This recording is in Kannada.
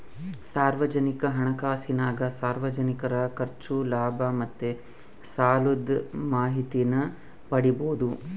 ಸಾರ್ವಜನಿಕ ಹಣಕಾಸಿನಾಗ ಸಾರ್ವಜನಿಕರ ಖರ್ಚು, ಲಾಭ ಮತ್ತೆ ಸಾಲುದ್ ಮಾಹಿತೀನ ಪಡೀಬೋದು